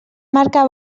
marca